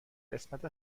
قسمت